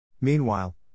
Meanwhile